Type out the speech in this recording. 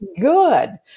good